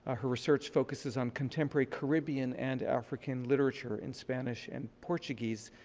ah her research focuses on contemporary caribbean and african literature in spanish and portuguese.